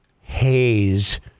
haze